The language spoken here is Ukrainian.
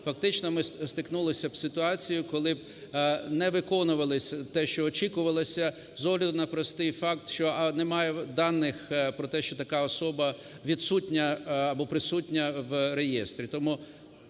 фактично ми стикнулися б із ситуацією, коли б не виконувалися те, що очікувалося, з огляду на простий факт, що немає даних про те, що така особа відсутня або присутня в реєстрі.